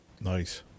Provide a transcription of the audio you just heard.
Nice